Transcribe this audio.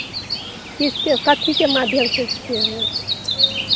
किसके कथीके माध्यमसँ सिखेबै